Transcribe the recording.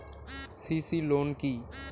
CC loan কি?